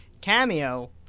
Cameo